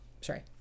sorry